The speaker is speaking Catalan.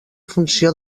funció